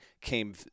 came